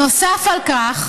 נוסף על כך,